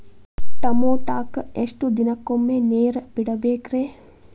ಟಮೋಟಾಕ ಎಷ್ಟು ದಿನಕ್ಕೊಮ್ಮೆ ನೇರ ಬಿಡಬೇಕ್ರೇ?